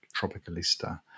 tropicalista